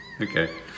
Okay